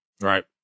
Right